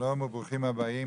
שלום וברוכים הבאים